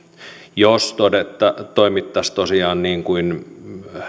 jos toimittaisiin tosiaan niin kuin